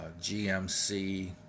GMC